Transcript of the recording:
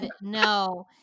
No